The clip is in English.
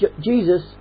Jesus